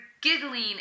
giggling